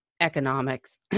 economics